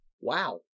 Wow